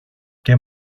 και